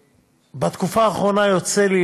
ובתקופה האחרונה יוצא לי